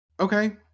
Okay